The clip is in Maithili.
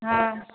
हँ